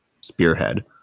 spearhead